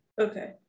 okay